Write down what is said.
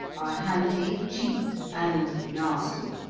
handy, cheap and nasty.